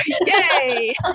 Yay